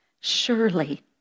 Surely